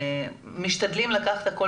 משתדלים לקחת הכול